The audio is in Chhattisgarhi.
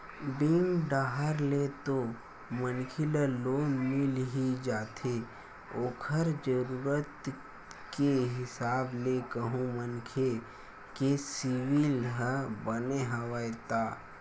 बेंक डाहर ले तो मनखे ल लोन मिल ही जाथे ओखर जरुरत के हिसाब ले कहूं मनखे के सिविल ह बने हवय ता